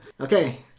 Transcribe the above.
Okay